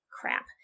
Crap